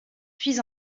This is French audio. puis